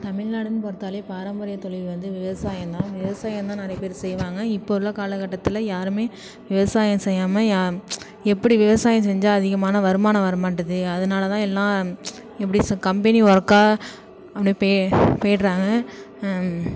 தமிழ்நாடுன்னு பார்த்தாலே பாரம்பரிய தொழில் வந்து விவசாயம்தான் விவசாயம்தான் நிறைய பேர் செய்வாங்க இப்போ உள்ள காலக்கட்டத்தில் யாருமே விவசாயம் செய்யாமல் யாம் எப்படி விவசாயம் செஞ்சால் அதிகமான வருமானம் வரமாட்டுது அதனாலதான் எல்லாம் எப்படி சொ கம்பெனி ஒர்க்காக அப்டே பே போயிட்றாங்க